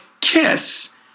Kiss